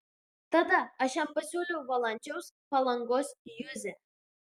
tada aš jam pasiūliau valančiaus palangos juzę